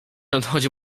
nadchodzi